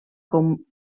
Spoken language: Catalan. com